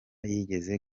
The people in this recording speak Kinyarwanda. yigeze